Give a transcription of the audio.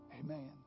Amen